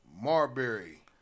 Marbury